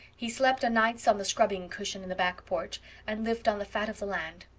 he slept o'nights on the scrubbing cushion in the back porch and lived on the fat of the land.